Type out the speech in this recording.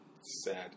sad